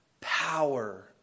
Power